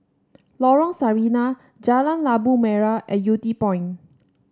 Lorong Sarina Jalan Labu Merah and Yew Tee Point